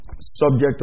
subject